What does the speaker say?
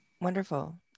wonderful